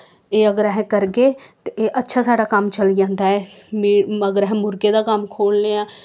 एह् अगर अस करगे ते एह् अच्छा साढ़ा कम्म चली जंदा ऐ म अगर अस मुर्गें दा कम्म खोह्लने आं